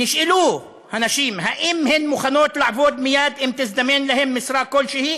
נשאלו הנשים אם הן מוכנות לעבוד מייד אם תזדמן להן משרה כלשהי.